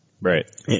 Right